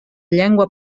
llengua